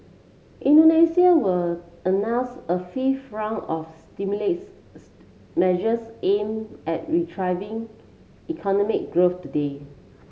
Indonesia were announce a fifth round of measures aimed at retrying economic growth today